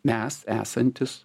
mes esantys